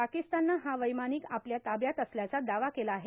पाकिस्ताननं हा वैमानिक आपल्या ताब्यात असल्याचा दावा केला आहे